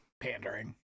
Pandering